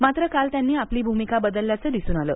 मात्र काल त्यांनी आपली भूमिका बदलल्याचं दिसून आलं